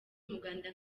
umuganda